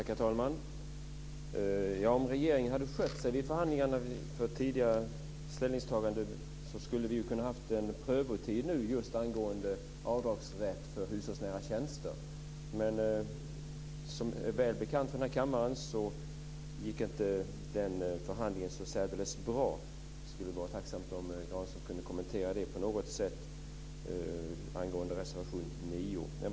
Herr talman! Om regeringen hade skött sig vid förhandlingarna vad gäller tidigare ställningstaganden skulle vi kunnat ha en prövotid nu just angående avdragsrätt för hushållsnära tjänster. Men den förhandlingen gick, som är bekant för denna kammare, inte så särdeles bra. Jag skulle vara tacksam om Granström kunde kommentera det på något sätt. Det gäller reservation 9.